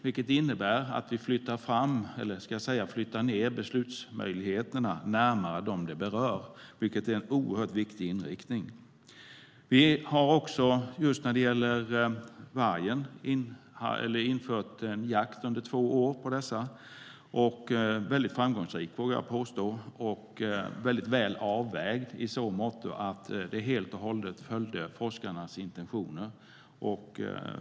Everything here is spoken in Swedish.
Det innebär att vi flyttar ned beslutsmöjligheterna närmare dem det berör, vilket är en oerhört viktig inriktning. Vi införde under två år jakt på varg som var mycket framgångsrik och väl avvägd i så måtto att den helt och hållet följde forskarnas intentioner.